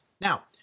Now